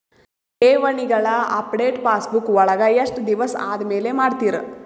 ಠೇವಣಿಗಳ update passbook ವಳಗ ಎಷ್ಟ ದಿವಸ ಆದಮೇಲೆ ಮಾಡ್ತಿರ್?